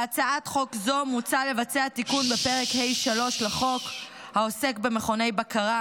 בהצעת חוק זו מוצע לבצע תיקון בפרק ה' 3 לחוק העוסק במכוני בקרה.